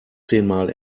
zehnmal